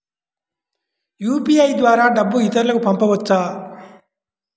UPI ద్వారా డబ్బు ఇతరులకు పంపవచ్చ?